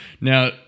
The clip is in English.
Now